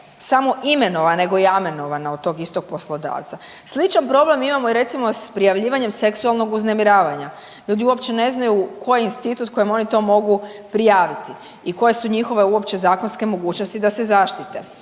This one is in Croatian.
samo imenovana, nego je i amenovana od tog istog poslodavca. Sličan problem imamo i recimo, s prijavljivanjem seksualnog uznemiravanja. Ljudi uopće ne znaju koji je institut kojem oni to mogu prijaviti i koje su njihove uopće zakonske mogućnosti da se zaštite.